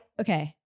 okay